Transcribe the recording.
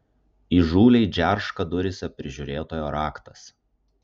įžūliai džerška duryse prižiūrėtojo raktas